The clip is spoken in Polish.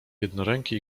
jednoręki